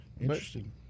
Interesting